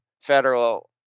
federal